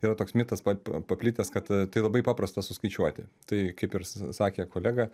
yra toks mitas pat paplitęs kad tai labai paprasta suskaičiuoti tai kaip ir s sakė kolega